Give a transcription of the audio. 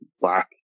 Black